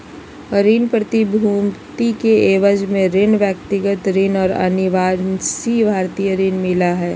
ऋण प्रतिभूति के एवज में ऋण, व्यक्तिगत ऋण और अनिवासी भारतीय ऋण मिला हइ